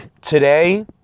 today